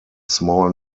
small